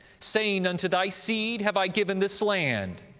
saying, unto thy seed have i given this land,